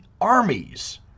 armies